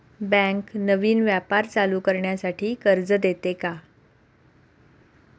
Bank नवीन व्यापार चालू करण्यासाठी कर्ज देते का?